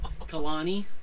Kalani